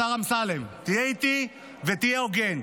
השר אמסלם, תהיה איתי ותהיה הוגן.